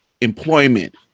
employment